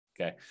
Okay